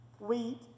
Wheat